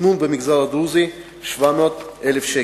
תכנון במגזר הדרוזי, 700,000 שקל.